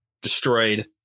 destroyed